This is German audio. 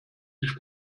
sich